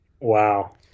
Wow